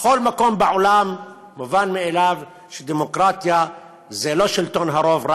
בכל מקום בעולם מובן מאליו שדמוקרטיה זה לא שלטון הרוב,